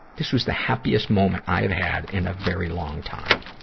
this was the happiest moment i had had in a very long time.